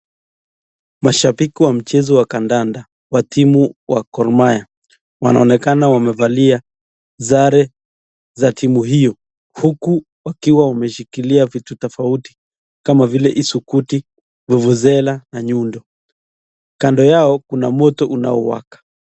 Mashabiki wa mchezo wa kandanda wa timu ya Gor Mahia wanaonekana wamevalia sare za timu hiyo. Huku wameshikilia vitu tofauti kama vile isukuti, vuvuzela na nyundo. Kando yao kuna moto unaowaka.